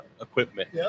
equipment